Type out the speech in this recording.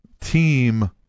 Team